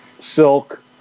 silk